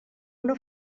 una